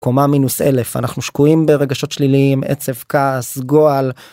קומה מינוס אלף אנחנו שקועים ברגשות שליליים עצב כעס גועל.